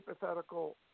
hypothetical